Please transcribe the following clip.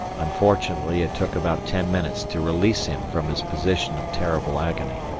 unfortunately it took about ten minutes to release him from his position of terrible agony.